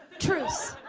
truth.